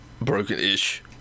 broken-ish